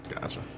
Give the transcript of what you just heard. Gotcha